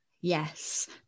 Yes